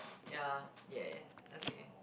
ya ya okay